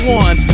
one